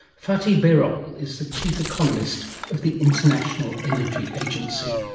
fatih birol is the chief economist of the international energy agency.